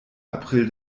april